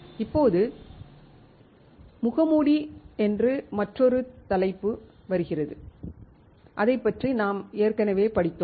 இப்போது முகமூடி என்று மற்றொரு தலைப்பு வருகிறது அதைப் பற்றி நாம் ஏற்கனவே படித்தோம்